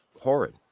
horrid